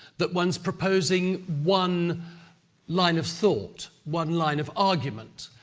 that one's proposing one line of thought, one line of argument.